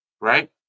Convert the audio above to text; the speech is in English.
right